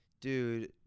dude